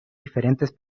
diferentes